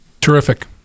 Terrific